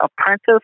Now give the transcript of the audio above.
apprentice